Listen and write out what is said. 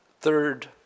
third